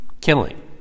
killing